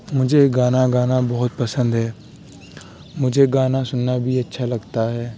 مجھے گانا گانا بہت پسند ہے مجھے گانا سننا بھی اچھا لگتا ہے